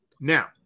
Now